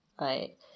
right